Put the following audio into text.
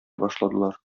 башладылар